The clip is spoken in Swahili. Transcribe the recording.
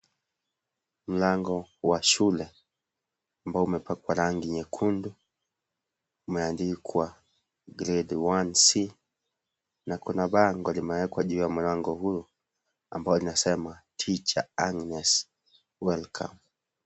Mlango wa shule, ambao umepakwa rangi nyekundu umeandikwa grade 1C . Na kuna bango limewekwa juu ya mlango huo, ambalo linasema teacher Agnes welcome .